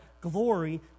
glory